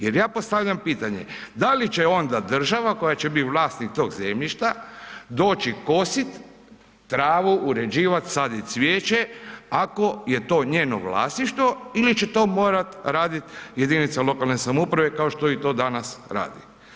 Jer ja postavljam pitanje, da li će onda država koja će biti vlasnik tog zemljišta doći kositi travu, uređivat, sadit cvijeće ako je to njeno vlasništvo ili će to morati raditi jedinica lokalne samouprave kao što to i danas radi?